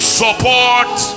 support